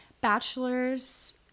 bachelor's